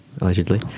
allegedly